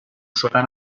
شدن